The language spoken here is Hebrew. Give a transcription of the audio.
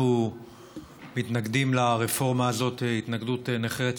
אנחנו מתנגדים לרפורמה הזאת התנגדות נחרצת,